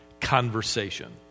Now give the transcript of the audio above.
conversation